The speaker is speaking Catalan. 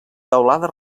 teulada